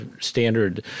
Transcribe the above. standard